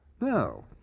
No